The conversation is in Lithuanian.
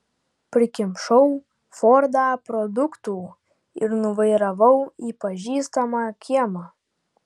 prikimšau fordą produktų ir nuvairavau į pažįstamą kiemą